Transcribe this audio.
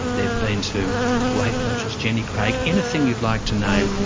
they've been to weight watchers, jenny craig, anything you'd like to name,